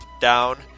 down